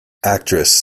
actress